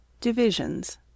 Divisions